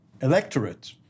electorate